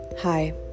Hi